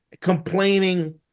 complaining